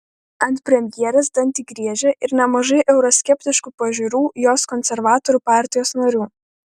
ant premjerės dantį griežia ir nemažai euroskeptiškų pažiūrų jos konservatorių partijos narių